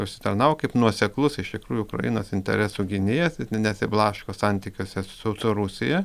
užsitarnavo kaip nuoseklus iš tikrųjų ukrainos interesų gynėjas ne nesiblaško santykiuose su rusija